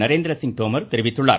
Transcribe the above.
நரேந்திரசிங் தோமர் தெரிவித்துள்ளார்